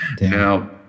Now